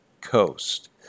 coast